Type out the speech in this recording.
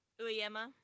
Uyama